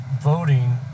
Voting